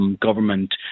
Government